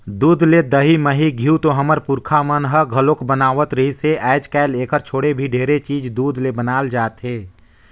दूद ले दही, मही, घींव तो हमर पूरखा मन ह घलोक बनावत रिहिस हे, आयज कायल एखर छोड़े भी ढेरे चीज दूद ले बनाल जाथे